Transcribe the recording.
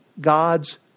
God's